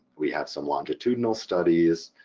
we have some longitudinal studies,